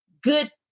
good